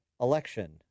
election